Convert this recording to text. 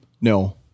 No